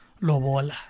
Lobola